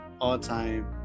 all-time